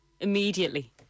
immediately